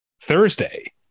thursday